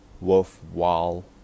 worthwhile